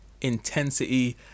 intensity